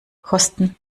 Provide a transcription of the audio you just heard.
kosten